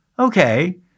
okay